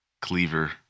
Cleaver